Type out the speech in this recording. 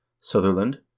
Sutherland